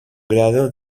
grado